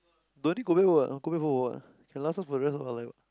don't need go back work go back home or what can last long for rest of the life